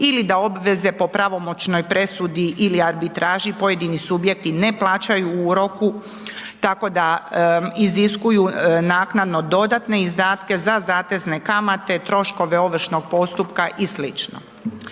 ili da obveze po pravomoćnoj presudi ili arbitraži pojedini subjekti ne plaćaju u roku, tako da iziskuju naknadno dodatne izdatke za zatezne kamate, troškove ovršnog postupka i sl.